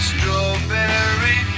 Strawberry